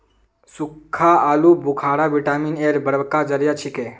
सुक्खा आलू बुखारा विटामिन एर बड़का जरिया छिके